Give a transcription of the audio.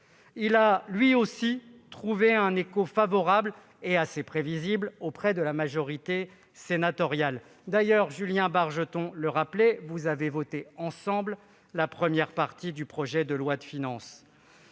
il a lui aussi trouvé un écho favorable et assez prévisible auprès de la majorité sénatoriale. D'ailleurs, comme Julien Bargeton le rappelait, vous avez voté ensemble en faveur de la première partie de ce projet de loi de finances.